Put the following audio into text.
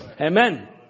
Amen